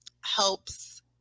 helps